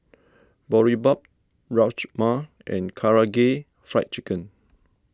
Boribap Rajma and Karaage Fried Chicken